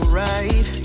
right